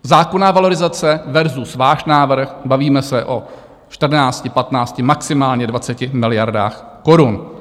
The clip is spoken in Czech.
Zákonná valorizace versus váš návrh, bavíme se o 14, 15, maximálně 20 miliardách korun.